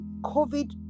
COVID